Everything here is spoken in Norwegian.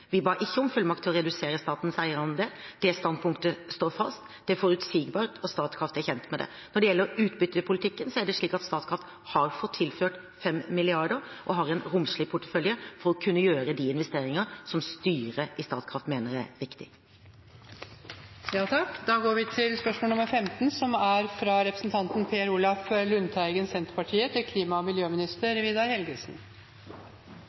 Vi ba ikke om fullmakt til å redusere statens eierandel. Det standpunktet står fast. Det er forutsigbart, og Statkraft er kjent med det. Når det gjelder utbyttepolitikken, er det slik at Statkraft har fått tilført 5 mrd. kr og har en romslig portefølje for å kunne gjøre de investeringer som styret i Statkraft mener er riktige. «Lovutvalget for overvannsområdet framla i desember 2015 sin utredning, NOU 2015:16 Overvann i byer og tettsteder – Som problem og